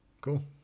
Cool